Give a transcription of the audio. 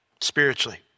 spiritually